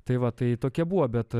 tai va tai tokie buvo bet